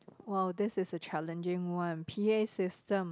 !wow! this is a challenging one P_A system